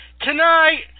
Tonight